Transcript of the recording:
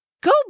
Go